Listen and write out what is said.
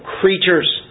creatures